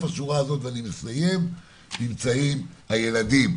נמצאים הילדים.